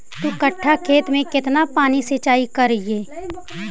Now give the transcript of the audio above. दू कट्ठा खेत में केतना पानी सीचाई करिए?